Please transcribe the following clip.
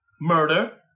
murder